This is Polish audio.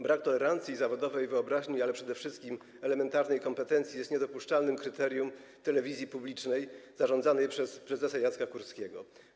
Brak tolerancji i zawodowej wyobraźni, ale przede wszystkim elementarnej kompetencji jest niedopuszczalnym kryterium telewizji publicznej zarządzanej przez prezesa Jacka Kurskiego.